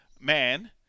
man